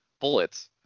bullets